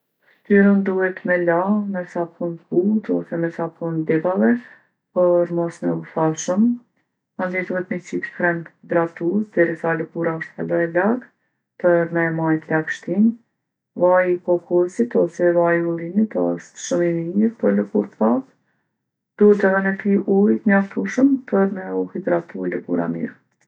Ftyrën duhet me la me sapun t'butë ose me sapun t'bebave për mos me u tha shumë. Mandej duhet mi qit krem hidratus derisa lëkura osht hala e laktë për me majtë lagshtinë. Vaji kokosit ose vaji ullinit osht shumë i mirë për lëkurë t'thatë. Duhet edhe me pi ujë t'mjaftushëm për me u hidratu lëkura mirë.